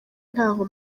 ntaho